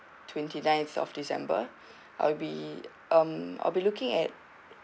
twenty ninth of december I'll be um I'll be looking at